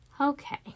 okay